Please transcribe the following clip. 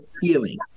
Healing